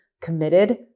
committed